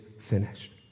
finished